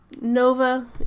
Nova